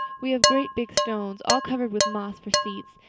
we have great big stones, all covered with moss, for seats,